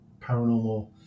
paranormal